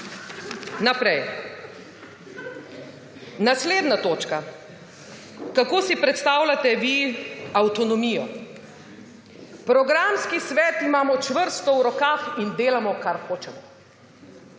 Naprej. Naslednja točka, kako si predstavljate vi avtonomijo. Programski svet imamo čvrsto v rokah in delamo, kar hočemo.